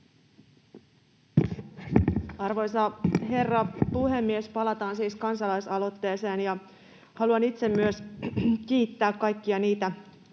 Arvoisa herra puhemies! Palataan siis kansalaisaloitteeseen. Haluan itse myös kiittää kaikkia niitä,